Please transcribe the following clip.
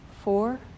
four